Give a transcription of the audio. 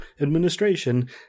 administration